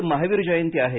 आज महावीर जयंती आहे